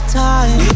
time